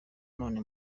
none